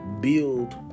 build